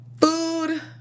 food